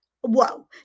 whoa